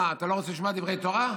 מה, אתה לא רוצה לשמוע דברי תורה?